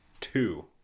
two